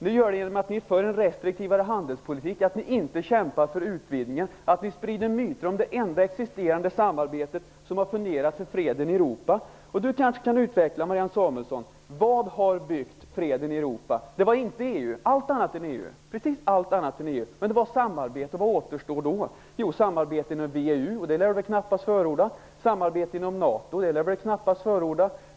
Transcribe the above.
Det gör ni genom att ni för en restriktivare handelspolitik, att ni inte kämpar för utvidgningen och att ni sprider myter om det enda existerande samarbete som har fungerat för freden i Europa. Marianne Samuelsson kanske kan utveckla detta: Vad har byggt freden i Europa? Det var inte EU, utan precis allt annat än EU. Det var samarbete. Men vad återstår då? Samarbete med VEU? Det lär knappast NATO? Det lär Marianne Samuelsson knappast förorda.